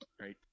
right